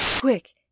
Quick